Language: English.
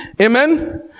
Amen